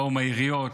באו מהעיריות,